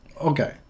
okay